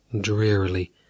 drearily